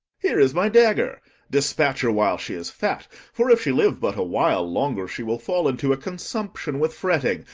here is my dagger despatch her while she is fat for, if she live but a while longer, she will fall into a consumption with fretting,